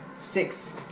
six